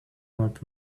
not